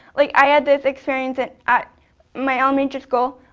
like i had this experience at at my elementary school.